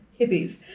hippies